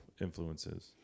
influences